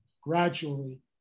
gradually